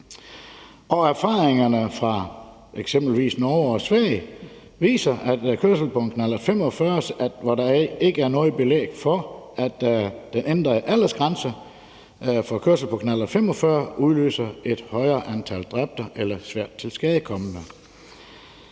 og erfaringerne fra eksempelvis Norge og Sverige viser, at i forhold til kørsel på en knallert 45 er der ikke noget belæg for, at det at ændre på aldersgrænsen udløser et højere antal dræbte eller svært tilskadekomne.